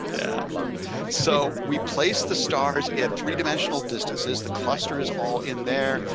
yeah so we place the stars at three dimensional distances. the cluster is all in there.